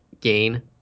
gain